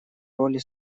роли